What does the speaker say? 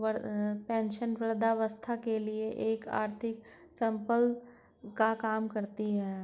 pension वृद्धावस्था के लिए एक आर्थिक संबल का काम करती है